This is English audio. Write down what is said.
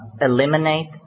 eliminate